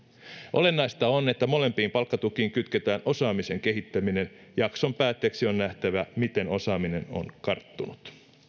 olennaista on että molempiin palkkatukiin kytketään osaamisen kehittäminen jakson päätteeksi on nähtävä miten osaaminen on karttunut